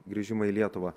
grįžimą į lietuvą